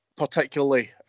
Particularly